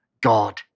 God